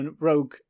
Rogue